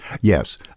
Yes